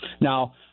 Now